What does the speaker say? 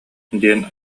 диэн